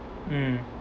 mm